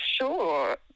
Sure